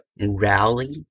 rally